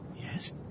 Yes